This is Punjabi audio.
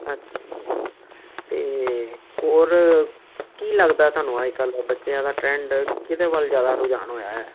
ਅੱਛਿਆ ਅਤੇ ਹੋਰ ਕੀ ਲੱਗਦਾ ਤੁਹਾਨੂੰ ਅੱਜ ਕੱਲ੍ਹ ਦੇ ਬੱਚਿਆਂ ਦਾ ਟਰੈਂਡ ਕਿਹਦੇ ਵੱਲ ਜ਼ਿਆਦਾ ਰੁਝਾਨ ਹੋਇਆ ਹੈ